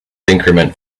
increment